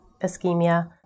ischemia